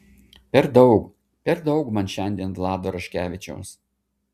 per daug per daug man šiandien vlado raškevičiaus